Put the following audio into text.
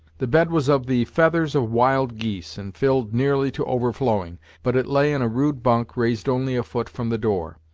the bed was of the feathers of wild geese, and filled nearly to overflowing but it lay in a rude bunk, raised only a foot from the door.